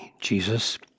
Jesus